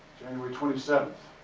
january twenty seventh.